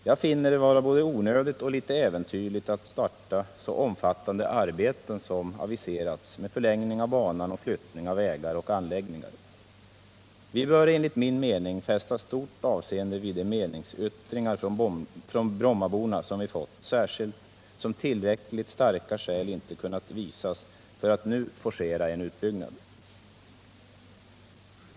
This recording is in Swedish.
Jag finner det vara både onödigt och äventyrligt att starta så omfattande arbeten som aviserats med förlängning av banan och flyttning av vägar och anläggningar. Vi bör enligt min mening fästa stort avseende vid de meningsyttringar från Brommaborna som vi fått, särskilt som tillräckligt starka skäl inte kunnat visas för att nu forcera en utbyggnad.